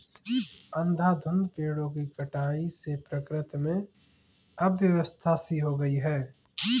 अंधाधुंध पेड़ों की कटाई से प्रकृति में अव्यवस्था सी हो गई है